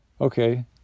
okay